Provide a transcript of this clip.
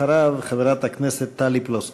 אחריו, חברת הכנסת טלי פלוסקוב.